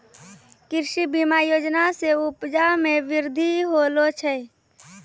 कृषि बीमा योजना से उपजा मे बृद्धि होलो छै